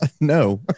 No